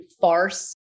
farce